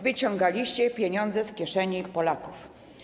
Wyciągaliście pieniądze z kieszeni Polaków.